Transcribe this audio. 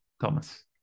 Thomas